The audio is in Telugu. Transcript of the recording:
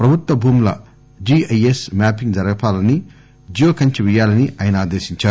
ప్రభుత్వ భూముల జీఐఎస్ మ్యాపింగ్ జరపాలని జియో కంచె పేయాలని ఆయన ఆదేశించారు